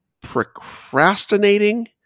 procrastinating